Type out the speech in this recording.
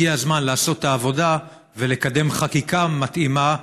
הגיע הזמן לעשות את העבודה ולקדם חקיקה מתאימה,